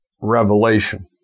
revelation